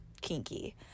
kinky